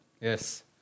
Yes